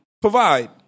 provide